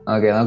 Okay